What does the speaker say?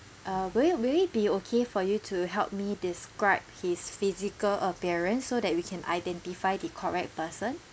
uh will it will it be okay for you to help me describe his physical appearance so that we can identify the correct person